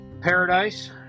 paradise